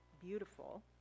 beautiful